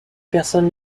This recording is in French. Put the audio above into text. personne